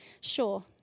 Sure